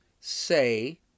say